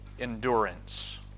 Endurance